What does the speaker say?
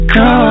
go